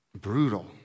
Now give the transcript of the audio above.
Brutal